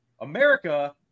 America